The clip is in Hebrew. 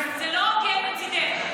זה לא הוגן מצידך.